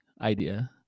idea